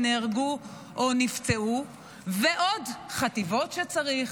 נהרגו או נפצעו ועוד חטיבות שצריך,